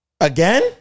Again